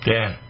Dan